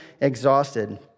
exhausted